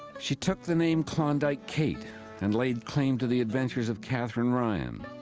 she took the name klondike kate and laid claim to the adventures of katherine ryan.